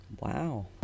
Wow